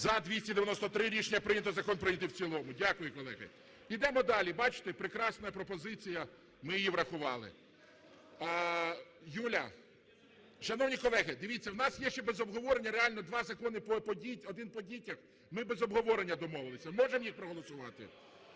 За-293 Рішення прийнято. Закон прийнятий в цілому. Дякую, колеги. Ідемо далі. Бачите, прекрасна пропозиція, ми її врахували. Юля… Шановні колеги, дивіться, у нас є ще без обговорення реально два закони – один по дітях. Ми без обговорення домовилися. Можемо їх проголосувати?